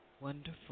Wonderful